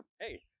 hey